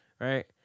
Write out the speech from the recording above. right